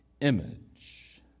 image